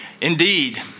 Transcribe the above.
Indeed